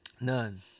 None